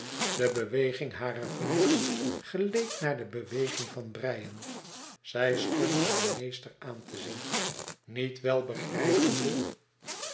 de beweging harer vingers geleek naar de beweging van breien zij stond haar meester aan te zien niet wel begrijpende